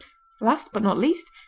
last but not least,